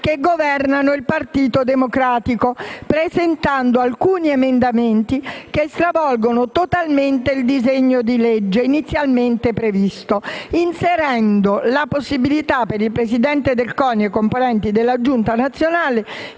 che governano il Partito Democratico, presentando alcuni emendamenti che stravolgono totalmente il disegno di legge inizialmente previsto, inserendo la possibilità per il Presidente del CONI e i componenti della giunta nazionale